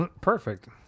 perfect